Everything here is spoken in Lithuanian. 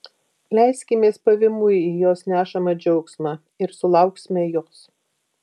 leiskimės pavymui į jos nešamą džiaugsmą ir sulauksime jos